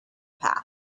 path